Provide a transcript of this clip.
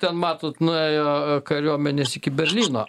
ten matot nuėjo kariuomenės iki berlyno